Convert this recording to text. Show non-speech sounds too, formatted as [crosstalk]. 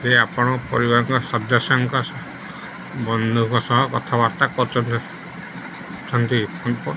ଯେ ଆପଣଙ୍କ ପରିବାରଙ୍କ ସଦସ୍ୟଙ୍କ ବନ୍ଧୁଙ୍କ ସହ କଥାବାର୍ତ୍ତା କରୁଛନ୍ତି [unintelligible]